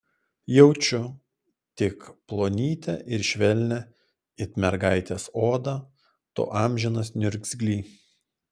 jaučiu tik plonytę ir švelnią it mergaitės odą tu amžinas niurgzly